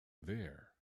there